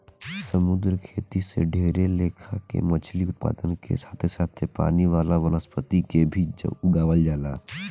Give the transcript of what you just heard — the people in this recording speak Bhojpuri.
समुंद्री खेती से ढेरे लेखा के मछली उत्पादन के साथे साथे पानी वाला वनस्पति के भी उगावल जाला